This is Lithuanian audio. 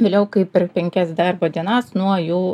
vėliau kaip per penkias darbo dienas nuo jų